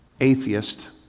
atheist